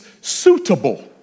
suitable